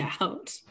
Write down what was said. out